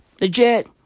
legit